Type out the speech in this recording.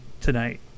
tonight